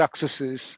successes